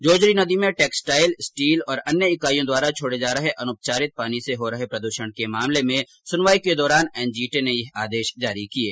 जोजरी नदी में textile steel और अन्य इकाइयों द्वारा छोड़े जा रहे अनुपचारित पानी से हो रहे प्रदूषण के मामले में सुनवाई के दौरान एनजीटी ने यह आदेश जारी किये